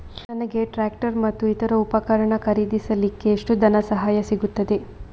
ನನಗೆ ಟ್ರ್ಯಾಕ್ಟರ್ ಮತ್ತು ಇತರ ಉಪಕರಣ ಖರೀದಿಸಲಿಕ್ಕೆ ಎಷ್ಟು ಧನಸಹಾಯ ಸಿಗುತ್ತದೆ?